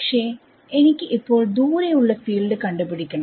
പക്ഷെ എനിക്ക് ഇപ്പോൾ ദൂരെ ഉള്ള ഫീൽഡ് കണ്ട് പിടിക്കണം